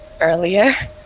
earlier